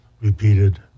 repeated